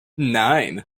nine